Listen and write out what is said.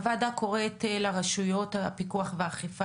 הוועדה קוראת לרשויות הפיקוח והאכיפה